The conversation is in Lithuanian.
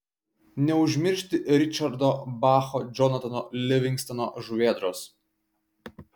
neužmiršti ričardo bacho džonatano livingstono žuvėdros